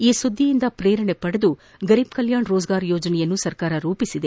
ಈ ಸುಧಿಯಿಂದ ಪೇರಣೆ ಪಡೆದು ಗರೀಬ್ ಕಲಾಣ್ ರೋಜ್ಗಾರ್ ಯೋಜನೆಯನ್ನು ಸರ್ಕಾರ ರೂಪಿಸಿದೆ